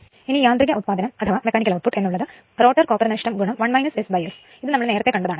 ഇനി യാന്ത്രിക ഉത്പാദനം എന്ന് ഉള്ളത് റോട്ടർ കോപ്പർ നഷ്ടം 1 SS ഇത് നമ്മൾ നേരത്തെ കണ്ടത് ആണലോ